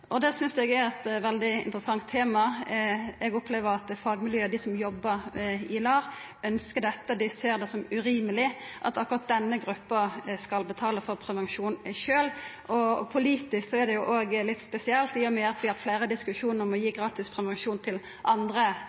og det synest eg er eit veldig interessant tema. Eg opplever at fagmiljøet, dei som jobbar i LAR, ønskjer dette. Dei ser det som urimeleg at akkurat denne gruppa sjølv skal betala for prevensjon. Politisk er det òg litt spesielt, i og med at vi har fleire diskusjonar om å gi gratis prevensjon til andre